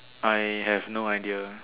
I have no idea